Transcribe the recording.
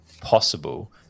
possible